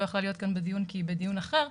יכלה להיות כאן בדיון כי היא בדיון אחר.